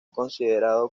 considerado